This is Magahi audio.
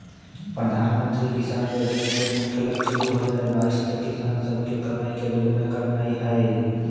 प्रधानमंत्री किसान जोजना के मुख्य लक्ष्य दू हजार बाइस तक किसान सभके कमाइ के दुगुन्ना करनाइ हइ